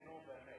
נו, באמת.